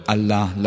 Allah